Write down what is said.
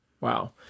Wow